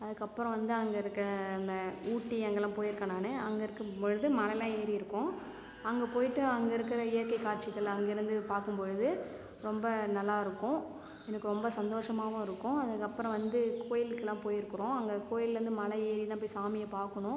அதற்கப்புறம் வந்து அங்கே இருக்க அந்த ஊட்டி அங்கே எல்லா போயிருக்க நான் அங்கே இருக்கும்பொழுது மலை எல்லாம் ஏறி இருக்கோம் அங்கே போயிட்டு அங்கே இருக்கிற இயற்கை காட்சிகள் அங்கே இருந்து பார்க்கும்பொழுது ரொம்ப நல்லா இருக்கும் எனக்கு ரொம்ப சந்தோஷமாகவும் இருக்கும் அதற்கப்புறம் வந்து கோயிலுக்குலாம் போய் இருக்கிறோம் அங்கே கோயில்லந்து மலை ஏறிதான் போய் சாமியை பார்க்கணும்